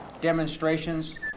demonstrations